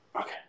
Okay